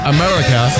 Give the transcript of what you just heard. America